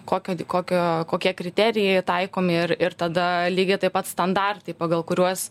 kokio d kokio kokie kriterijai taikomi ir ir tada lygiai taip pat standartai pagal kuriuos